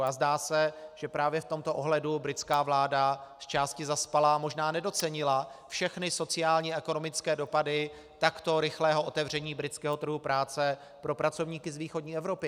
A zdá se, že právě v tomto ohledu britská vláda zčásti zaspala, možná nedocenila všechny sociální a ekonomické dopady takto rychlého otevření britského trhu práce pro pracovníky z východní Evropy.